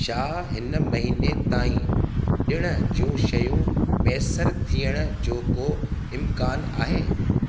छा हिन महीने ताईं डि॒ण जूं शयूं मुसरु थियण जो को इम्कानु आहे